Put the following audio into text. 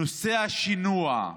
נושא השינוע.